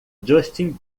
justin